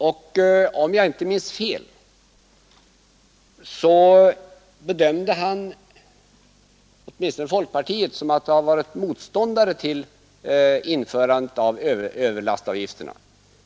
Om jag inte minns fel ansåg han att folkpartiet skulle ha varit motståndare till införandet av överlastavgifterna.